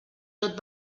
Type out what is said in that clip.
tot